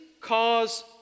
cause